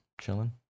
Chilling